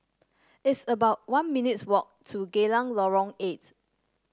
it's about one minutes' walk to Geylang Lorong Eight